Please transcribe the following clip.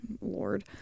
lord